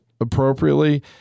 appropriately